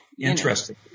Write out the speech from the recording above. Interesting